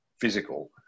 physical